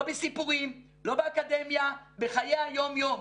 לא בסיפורים, לא באקדמיה, בחיי היום-יום.